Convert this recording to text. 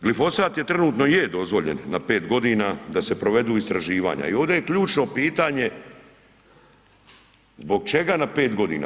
Glifosat je trenutno je dozvoljen na 5 godina da se provedu istraživanja i ovdje je ključno pitanje zbog čega na 5 godina?